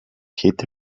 heat